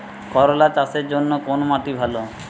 করলা চাষের জন্য কোন মাটি ভালো?